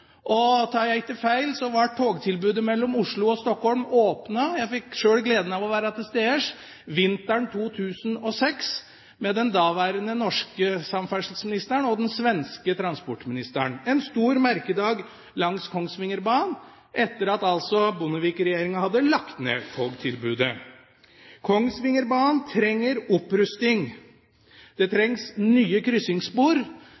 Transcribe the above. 2005. Tar jeg ikke feil, ble togtilbudet mellom Oslo og Stockholm åpnet – jeg fikk sjøl gleden av å være til stede – vinteren 2006, med den daværende norske samferdselsministeren og den svenske transportministeren – en stor merkedag langs Kongsvingerbanen, etter at Bondevik-regjeringen altså først hadde lagt ned togtilbudet. Kongsvingerbanen trenger opprusting. Det